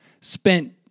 spent